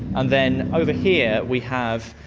and then over here we have,